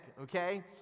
Okay